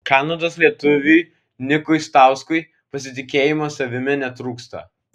kanados lietuviui nikui stauskui pasitikėjimo savimi netrūksta